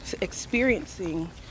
experiencing